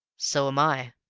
so am i,